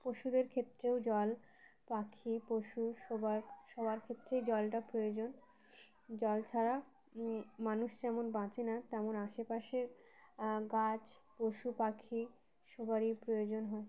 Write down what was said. পশুদের ক্ষেত্রেও জল পাখি পশু সবার সবার ক্ষেত্রেই জলটা প্রয়োজন জল ছাড়া মানুষ যেমন বাঁচে না তেমন আশেপাশের গাছ পশু পাখি সবারই প্রয়োজন হয়